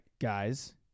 guys